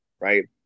right